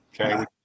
okay